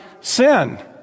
sin